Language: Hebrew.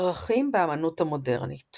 פרחים באמנות המודרנית